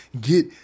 Get